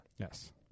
Yes